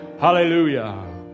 Hallelujah